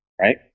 right